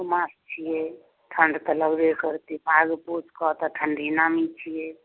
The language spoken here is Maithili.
माघ मास छियै ठण्ड तऽ लगबे करतै माघ पूसके तऽ ठण्डी नामी छियै